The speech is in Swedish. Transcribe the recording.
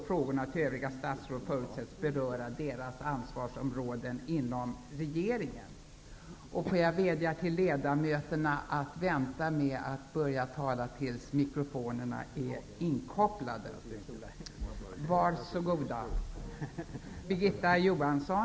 Frågorna till övriga statsråd förutsätts beröra deras ansvarsområden inom regeringen.